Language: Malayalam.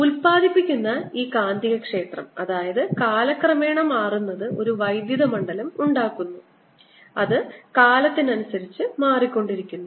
ഉൽപാദിപ്പിക്കുന്ന കാന്തികക്ഷേത്രം അതായത് കാലക്രമേണ മാറുന്നത് ഒരു വൈദ്യുത മണ്ഡലം ഉണ്ടാക്കുന്നു അത് കാലത്തിനനുസരിച്ച് മാറിക്കൊണ്ടിരിക്കുന്നു